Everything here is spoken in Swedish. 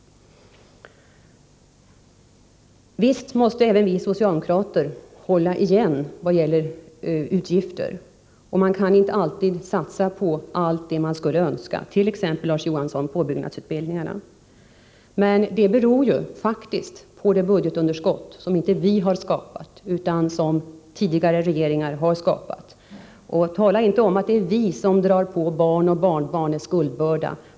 Visst måste även vi socialdemokrater hålla igen i vad gäller utgifter. Man kan inte alltid satsa på allt som man skulle önska, t.ex., Larz Johansson, på påbyggnadsutbildningarna. Men det beror faktiskt på det budgetunderskott som inte vi har skapat, utan tidigare regeringar. Tala inte om att det är vi som drar på barn och barnbarn en skuldbörda!